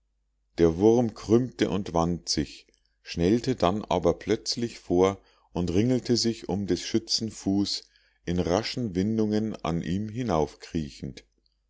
der wurm krümmte und wand sich schnellte dann aber plötzlich vor und ringelte sich um des schützen fuß in raschen windungen an ihm